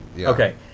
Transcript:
Okay